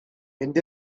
mynd